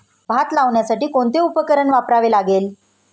भात लावण्यासाठी कोणते उपकरण वापरावे लागेल?